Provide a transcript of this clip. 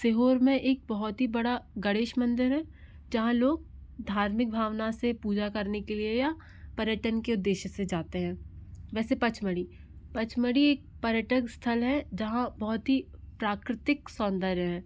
शिहोर में एक बहुत ही बड़ा गणेश मंदिर है जहाँ लोग धार्मिक भावना से पूजा करने के लिए या पर्यटन के उद्देश्य से जाते हैं वैसे पचमढ़ी पचमढ़ी पर्यटक स्थल हैं जहाँ बहुत ही प्राकृतिक सौंदर्य हैं